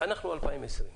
אנחנו ב-2020.